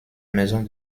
maison